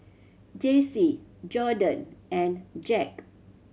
Jessee Jordyn and Jack